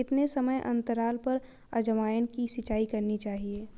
कितने समयांतराल पर अजवायन की सिंचाई करनी चाहिए?